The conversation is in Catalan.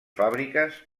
fàbriques